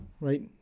right